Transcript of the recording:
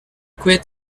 quit